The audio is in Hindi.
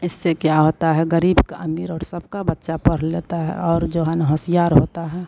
इससे क्या होता है ग़रीब के अमीर और सबके बच्चे पढ़ लेते हैं और जो है ना होशियार होता है